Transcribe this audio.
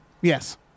Yes